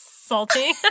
Salty